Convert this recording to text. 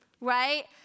right